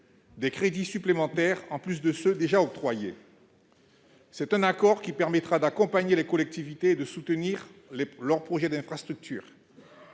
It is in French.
des crédits en supplément de ceux qui ont déjà été octroyés. Cet accord permettra d'accompagner les collectivités et de soutenir leurs projets d'infrastructures.